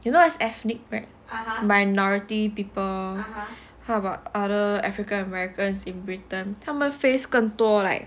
you know as ethnic minority people how about other african americans in britain 他们 face 更多 like